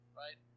right